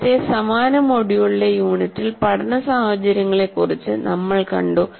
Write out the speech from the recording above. നേരത്തെ സമാന മൊഡ്യൂളിലെ യൂണിറ്റിൽ പഠന സാഹചര്യങ്ങളെക്കുറിച്ച് നമ്മൾ കണ്ടു